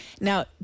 Now